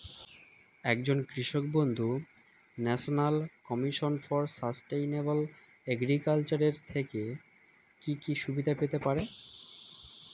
একজন কৃষক বন্ধু national commission for sustainable agriculture এর থেকে কি কি সুবিধা পেতে পারে?